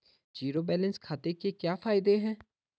Zero balance खाते के क्या फायदे हैं?